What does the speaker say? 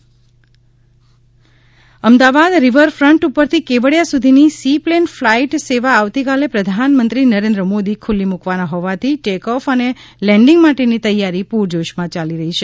Mandaviya sea plane તૈયારી Ahmedabad riverfront ઉપરથી કેવડીયા સુધીની સી પ્લેન ફ્લાઈટ સેવા આવતીકાલે પ્રધાનમંત્રી નરેન્દ્ર મોદી ખુલ્લી મૂકવાના હોવાથી ટેક ઓફ અને લેન્ડિંગ માટેની તૈયા રી પુરજોશમાં યાલી રહી છે